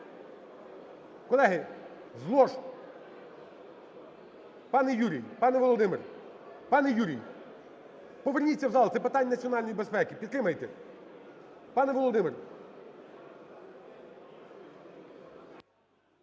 колеги, з лож, пане Юрій, пане Володимир, пане Юрій, поверніться в зал. Це питання національної безпеки. Підтримайте, пане Володимир.